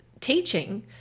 teaching